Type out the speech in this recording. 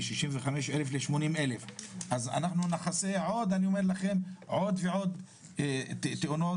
עלה מ-65,000 ל-80,000 אז נכסה עוד ועוד תאונות